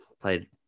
played